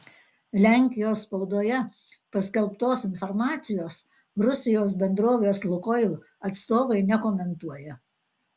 lenkijos spaudoje paskelbtos informacijos rusijos bendrovės lukoil atstovai nekomentuoja